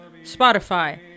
Spotify